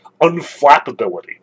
unflappability